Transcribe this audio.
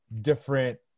different